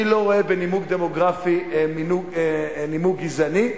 אני לא רואה בנימוק דמוגרפי נימוק גזעני.